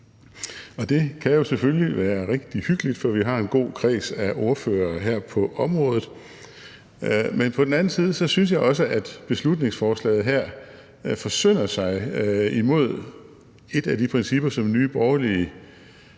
det kan jo selvfølgelig være rigtig hyggeligt, for vi har en god kreds af ordførere her på området. Men på den anden side synes jeg også, at beslutningsforslaget her forsynder sig imod et af de principper, som Nye Borgerlige